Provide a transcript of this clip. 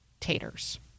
Taters